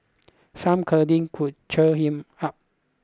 some cuddling could cheer him up